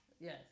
Yes